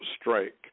strike